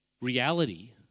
reality